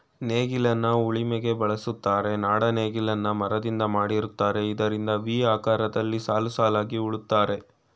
ನೇಗಿಲನ್ನ ಉಳಿಮೆಗೆ ಬಳುಸ್ತರೆ, ನಾಡ ನೇಗಿಲನ್ನ ಮರದಿಂದ ಮಾಡಿರ್ತರೆ ಇದರಿಂದ ವಿ ಆಕಾರದಲ್ಲಿ ಸಾಲುಸಾಲಾಗಿ ಉಳುತ್ತರೆ